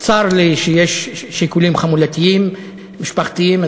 צר לי שיש שיקולים חמולתיים משפחתיים.